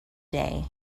day